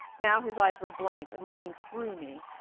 now his eyes were blank and looking through me.